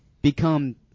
Become